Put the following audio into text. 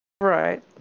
Right